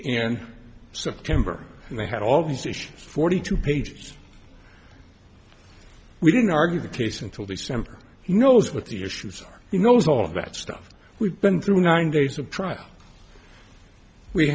in september and they had all these issues forty two pages we didn't argue the case until the summer he knows what the issues are he knows all of that stuff we've been through nine days of trial we